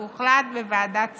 הוחלט בוועדת שרים,